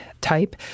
type